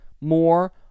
more